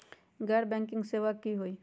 गैर बैंकिंग सेवा की होई?